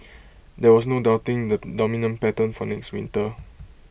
there was no doubting the dominant pattern for next winter